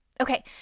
Okay